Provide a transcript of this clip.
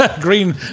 Green